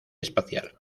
espacial